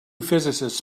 physicists